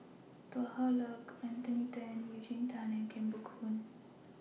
Tan Hwa Luck Anthony Then and Eugene Tan Kheng Boon